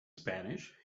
spanish